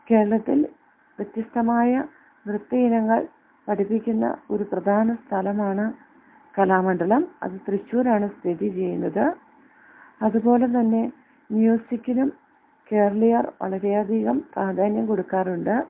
കേരളത്തിൽ വ്യത്യസ്തമായ നൃത്തയിനങ്ങൾ പഠിപ്പിക്കുന്ന ഒരു പ്രധാന സ്ഥലമാണ് കലാമണ്ഡലം അത് തൃശ്ശൂരാണ് സ്ഥിതിചെയ്യുന്നത് അതുപോലെ തന്നെ മ്യൂസിക്കിനും കേരളീയർ വളരെയധികം പ്രാധാന്യം കൊടുക്കാറുണ്ട്